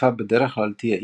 הנקיפה בדרך כלל תהיה איטית,